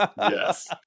Yes